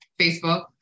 Facebook